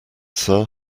sir